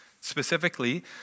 Specifically